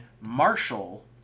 Marshall